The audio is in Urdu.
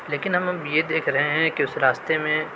لیکن اب ہم یہ دیکھ رہے ہیں کہ اس راستے میں